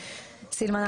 סילמן,